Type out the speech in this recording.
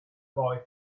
boy